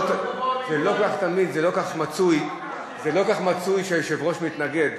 זה לא כל כך מצוי, שהיושב-ראש מתנגד.